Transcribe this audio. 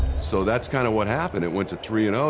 so that's kind of what happened. it went to three, and oh,